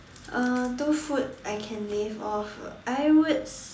uh two food I can live off I would